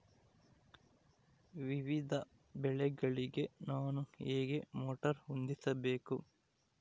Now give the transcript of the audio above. ವಿವಿಧ ಬೆಳೆಗಳಿಗೆ ನಾನು ಹೇಗೆ ಮೋಟಾರ್ ಹೊಂದಿಸಬೇಕು?